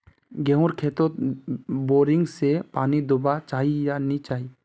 गेँहूर खेतोत बोरिंग से पानी दुबा चही या नी चही?